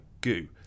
goo